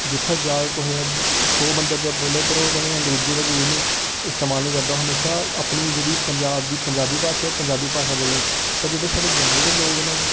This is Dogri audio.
जि'त्थै जाह्ग कुसै सौ बंदे अग्गें बोलग पर ओह् कदें अंग्रेजी दा यूज नेईं इस्तेमाल नेईं करदा म्हेशां अपनी जेह्ड़ी पंजाब दी पंजाबी भाशा ओह् पंजाबी भाशा बोलग पर जेह्ड़े साढ़े जम्मू दे लोक न